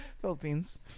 Philippines